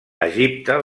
egipte